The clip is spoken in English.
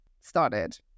started